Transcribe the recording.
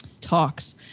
talks